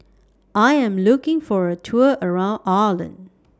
I Am looking For A Tour around Ireland